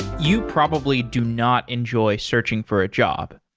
you probably do not enjoy searching for a job.